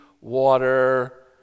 water